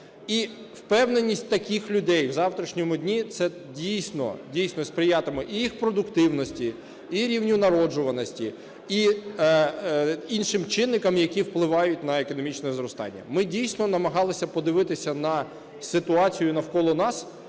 І впевненість таких людей в завтрашньому дні – це дійсно сприятиме і їх продуктивності, і рівню народжуваності, і іншим чинниками, які впливають на економічне зростання. Ми, дійсно, намагалися подивитися на ситуацію навколо нас